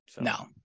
No